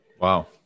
wow